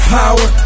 power